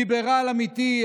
ליברל אמיתי,